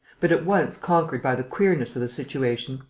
but, at once conquered by the queerness of the situation,